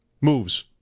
moves